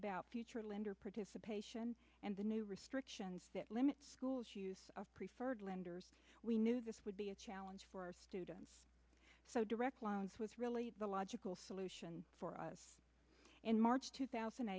about future lender participation and the new restrictions that limit schools use of preferred lenders we knew this would be a challenge for our students so direct loans was really the logical solution for us in march two thousand